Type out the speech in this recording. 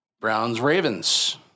Browns-Ravens